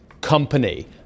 company